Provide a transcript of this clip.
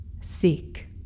Seek